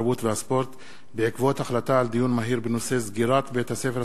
התרבות והספורט בעקבות דיון מהיר בנושא: סגירת בית-הספר